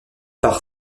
par